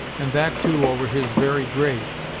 and that, too, over his very grave.